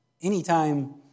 anytime